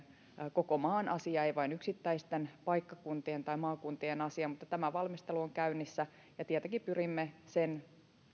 koko maan asia ei vain yksittäisten paikkakuntien tai maakuntien asia mutta tämä valmistelu on käynnissä ja tietenkin pyrimme sen